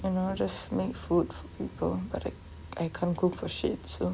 and I'll just make food for people but I I can't cook for shit so